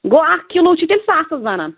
گوٚو اَکھ کِلوٗ چھُ تیٚلہِ ساسَس بَنان